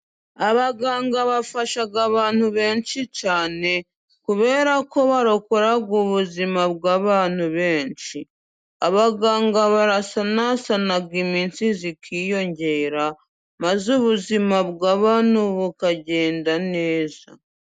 Abaganga bafasha abantu benshi cyane, kubera ko barokora ubuzima bw'abantu benshi, abaganga barasanasana iminsi ikiyongera, maze ubuzima bw'abantu bukagenda neza.